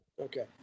Okay